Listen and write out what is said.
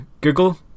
Google